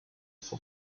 for